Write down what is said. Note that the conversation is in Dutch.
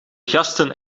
gasten